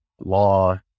law